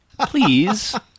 Please